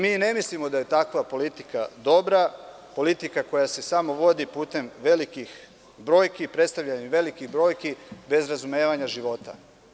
Mi ne mislimo da je takva politika dobra, politika koja se samo vodi putem velikih brojki, predstavljanjem velikih brojki, bez razumevanja života.